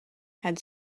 had